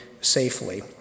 safely